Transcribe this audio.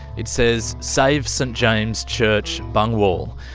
it says save st james church, bungwahl'.